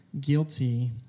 guilty